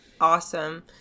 Awesome